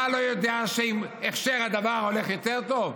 אתה לא יודע שעם הכשר הדבר הולך יותר טוב?